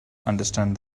understand